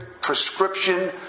prescription